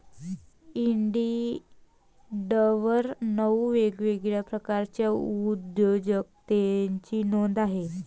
इंडिडवर नऊ वेगवेगळ्या प्रकारच्या उद्योजकतेची नोंद आहे